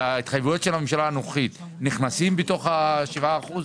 וההתחייבויות של הממשלה הנוכחית נכנסים בתוך ה-7%?